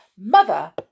Mother